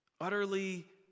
Utterly